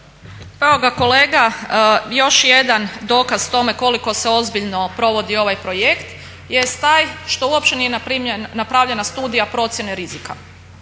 evo ga kolega još jedan dokaz tome koliko se ozbiljno provodi ovaj projekt jest taj što uopće nije napravljena studija procjene rizika.